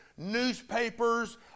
Newspapers